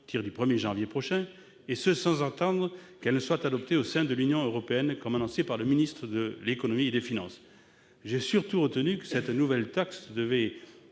partir du 1janvier prochain, et ce sans attendre que la mesure soit adoptée au sein de l'Union européenne, comme l'avait annoncé le ministre de l'économie et des finances. J'ai surtout retenu que cette nouvelle taxe devrait